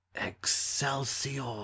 Excelsior